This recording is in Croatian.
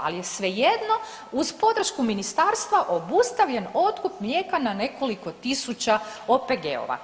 Ali je svejedno uz podršku ministarstva obustavljen otkup mlijeka na nekoliko tisuća OPG-ova.